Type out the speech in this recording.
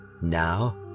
Now